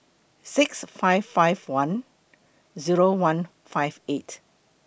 six five five one Zero one five eight